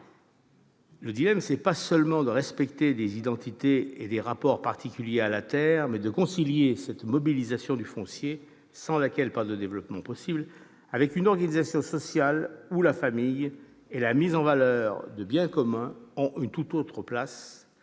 outre-mer. Il faut non seulement respecter des identités et des rapports particuliers à la terre, mais aussi concilier cette mobilisation du foncier, sans laquelle aucun développement n'est possible, avec une organisation sociale dans laquelle la famille et la mise en valeur de biens communs ont une tout autre place et une